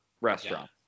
restaurant